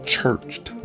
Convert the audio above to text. churched